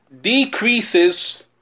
decreases